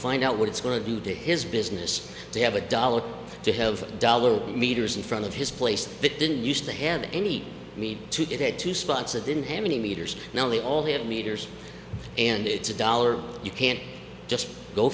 find out what it's going to do to his business they have a dollar to have dollar meters in front of his place that didn't used to have any need to get to spots it didn't have any meters now they all have meters and it's a dollar you can't just go